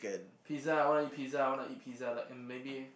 pizza I want to eat pizza I want to eat pizza like uh maybe